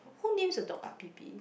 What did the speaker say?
who names the dog